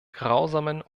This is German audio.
grausamen